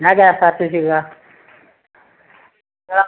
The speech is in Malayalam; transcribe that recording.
ഞാൻ കെ എസ് ആർ ടി സിയിൽ ഏതാണ്